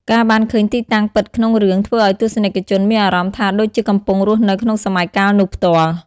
ការបានឃើញទីតាំងពិតក្នុងរឿង ធ្វើឲ្យទស្សនិកជនមានអារម្មណ៍ថាដូចជាកំពុងរស់នៅក្នុងសម័យកាលនោះផ្ទាល់។